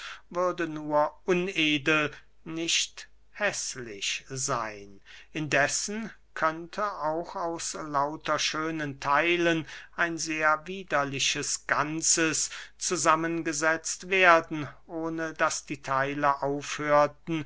würde nur unedel nicht häßlich seyn indessen könnte auch aus lauter schönen theilen ein sehr widriges ganzes zusammengesetzt werden ohne daß die theile aufhörten